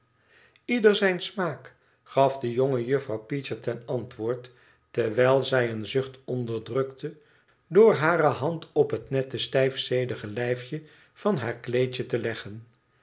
ieder zijn smaak gaf de goede juffrouw peecher ten antwoord terwijl zij een zucht onderdrukte door hare hand op het nette stijf zedige lijfje van haar kleedje te leggen